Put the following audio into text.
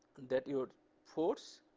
that your force,